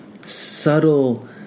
subtle